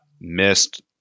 missed